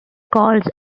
calls